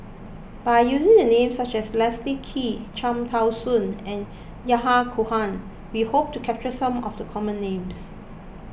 by using the names such as Leslie Kee Cham Tao Soon and Yahya Cohen we hope to capture some of the common names